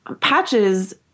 Patches